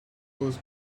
most